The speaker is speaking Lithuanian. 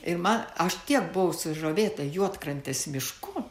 ir man aš tiek buvau sužavėta juodkrantės mišku